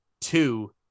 two